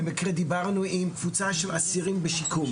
במקרה דיברנו עם קבוצה של אסירים בשיקום,